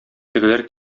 тегеләр